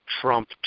Trump